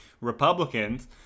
Republicans